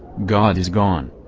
god is gone.